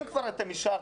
אם כבר אתם אישרתם,